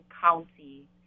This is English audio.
county